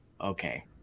okay